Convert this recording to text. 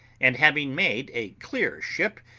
and having made a clear ship,